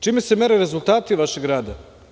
Čime se mere rezultati vašeg rada?